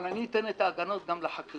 אבל אני אתן את ההגנות גם לחקלאים.